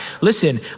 Listen